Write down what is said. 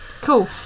Cool